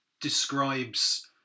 describes